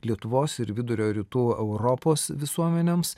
lietuvos ir vidurio rytų europos visuomenėms